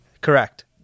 Correct